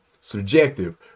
subjective